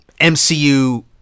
MCU